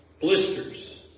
blisters